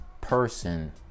person